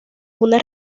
una